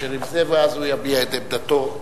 ואז הוא יביע את עמדתו.